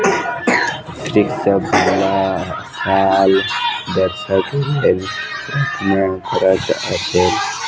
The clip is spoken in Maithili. कृषक सभ साल वर्षा के लेल प्रार्थना करैत अछि